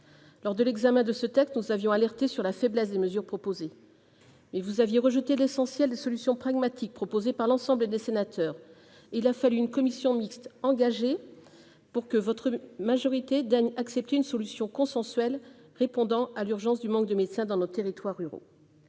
du système de santé, nous vous avions alertée sur la faiblesse des mesures proposées, mais vous aviez rejeté l'essentiel des solutions pragmatiques proposées par l'ensemble des sénateurs. Il a fallu une commission mixte paritaire engagée pour que votre majorité daigne accepter une solution consensuelle répondant à l'urgence du manque de médecins dans nos territoires ruraux.